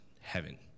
heaven